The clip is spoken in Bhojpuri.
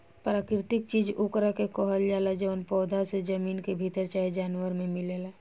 प्राकृतिक चीज ओकरा के कहल जाला जवन पौधा से, जमीन के भीतर चाहे जानवर मे मिलेला